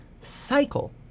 cycle